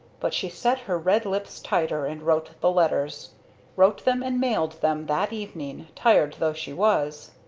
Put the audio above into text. but she set her red lips tighter and wrote the letters wrote them and mailed them that evening, tired though she was.